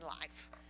life